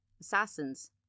assassins